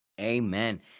Amen